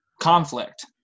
conflict